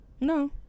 no